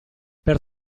per